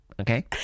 Okay